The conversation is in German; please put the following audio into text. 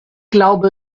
glaube